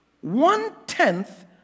One-tenth